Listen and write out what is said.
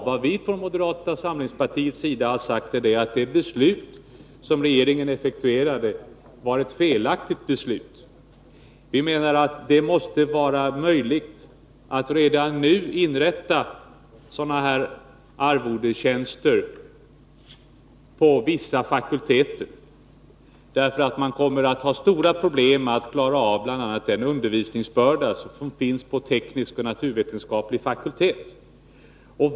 Det vi från moderata samlingspartiets sida har sagt är att det beslut som regeringen effektuerade var ett felaktigt beslut. Vi menar att det måste vara möjligt att redan nu inrätta sådana här arvodestjänster inom vissa fakulteter. Man kommer att ha stora problem att klara av bl.a. den undervisningsbörda som finns inom teknisk och naturvetenskaplig fakultet.